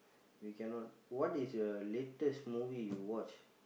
we cannot~ what is a latest movie you watched